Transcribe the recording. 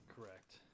Correct